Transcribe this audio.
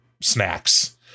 snacks